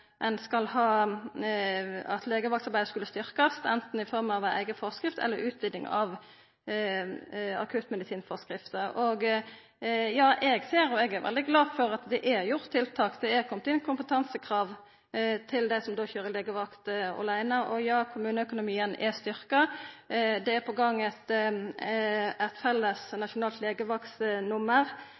ein merknad der om at legevaktarbeidet skulle styrkjast, anten i form av ei eiga forskrift eller som utviding av akuttmedisinforskrifta. Eg er veldig glad for at det er gjorde tiltak og er komne inn kompetansekrav til dei som køyrer legevakt aleine, og for at kommuneøkonomien er styrkt. Det er på gang eit felles, nasjonalt